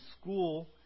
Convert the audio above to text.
school